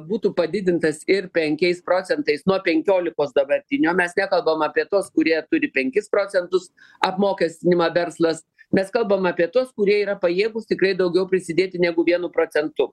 būtų padidintas ir penkiais procentais nuo penkiolikos dabartinio mes nekalbam apie tuos kurie turi penkis procentus apmokestinimą verslas mes kalbam apie tuos kurie yra pajėgūs tikrai daugiau prisidėti negu vienu procentu